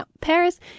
Paris